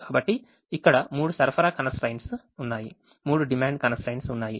కాబట్టి ఇక్కడ మూడు సరఫరా constraints ఉన్నాయి మూడు డిమాండ్ constraints ఉన్నాయి